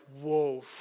whoa